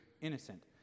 innocent